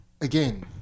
again